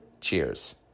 Cheers